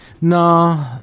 No